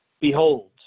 Behold